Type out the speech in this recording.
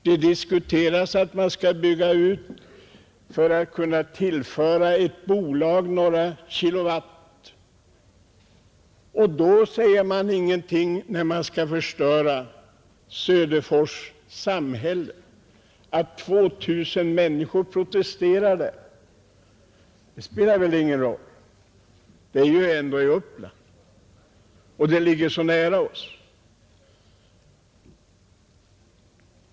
Det diskuteras om en utbyggnad för att ett bolag skall tillföras några kilowatt. Man säger ingenting när Söderfors samhälle skall miljöförstöras. Att 2 000 människor protesterat spelar väl ingen roll. Det är ju ändå i Uppland, och det ligger så nära oss.